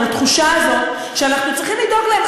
התחושה הזאת שאנחנו צריכים לדאוג להם,